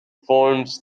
forms